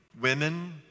women